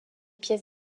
pièces